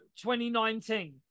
2019